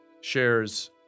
shares